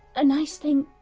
a nice thing.